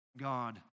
God